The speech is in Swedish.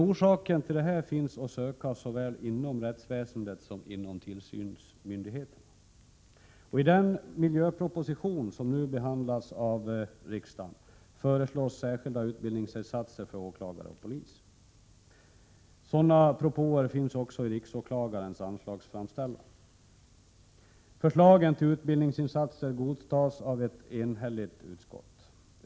Orsaken härtill finns att söka såväl inom rättsväsendet som hos tillsynsmyndigheterna. I den miljöproposition som nu behandlas av riksdagen föreslås särskilda utbildningsinsatser för åklagare och polis. Sådana propåer finns också i riksåklagarens anslagsframställan. Förslagen till utbildningsinsatser godtas av ett enhälligt utskott.